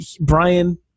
Brian